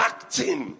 Acting